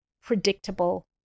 predictable